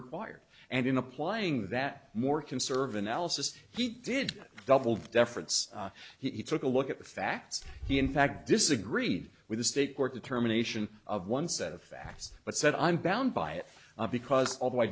required and in applying that more conserve analysis he did double deference he took a look at the facts he in fact disagreed with the state court determination of one set of facts but said i'm bound by it because although i